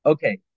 Okay